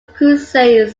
crusade